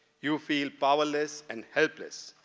you feel powerless and helpless.